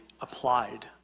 applied